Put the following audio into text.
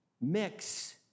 mix